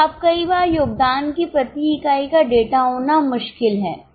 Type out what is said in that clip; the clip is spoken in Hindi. अब कई बार योगदान की प्रति इकाई का डेटा होना मुश्किल है